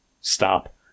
stop